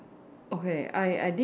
okay I I did